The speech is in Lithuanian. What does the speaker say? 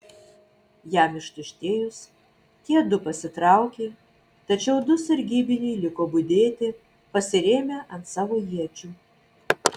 jam ištuštėjus tie du pasitraukė tačiau du sargybiniai liko budėti pasirėmę ant savo iečių